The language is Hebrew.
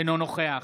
אינו נוכח